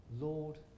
Lord